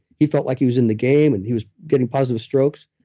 he felt like he was in the game, and he was getting positive strokes.